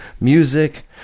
music